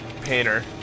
painter